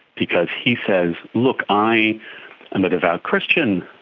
because he says, look, i am a devout christian,